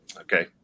Okay